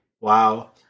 Wow